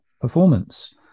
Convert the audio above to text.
performance